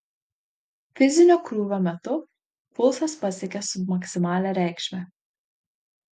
fizinio krūvio metu pulsas pasiekė submaksimalią reikšmę